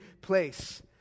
place